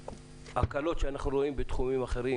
הקלות שאנחנו רואים בתחומים אחרים